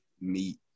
meet